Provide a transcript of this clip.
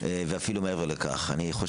נכון